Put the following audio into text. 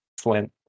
flint